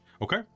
Okay